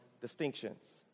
distinctions